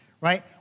right